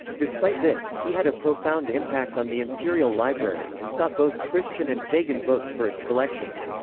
despite this, he had a profound impact on the imperial library and sought both christian and pagan books for its collections.